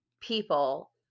people